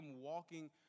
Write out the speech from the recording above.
walking